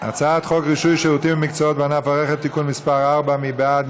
הצעת חוק רישוי שירותים ומקצועות בענף הרכב (תיקון מס' 4). מי בעד?